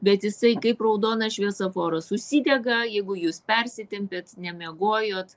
bet jisai kaip raudonas šviesoforas užsidega jeigu jūs persitempėt nemiegojot